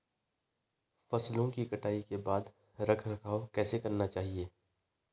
फसलों की कटाई के बाद रख रखाव कैसे करना चाहिये?